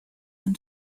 and